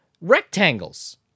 rectangles